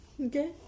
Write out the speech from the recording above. Okay